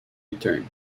return